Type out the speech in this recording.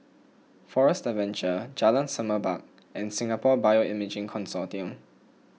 Forest Adventure Jalan Semerbak and Singapore Bioimaging Consortium